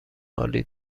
عالی